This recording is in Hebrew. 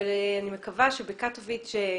ואני מקווה שבקטוביץ,